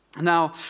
Now